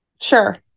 Sure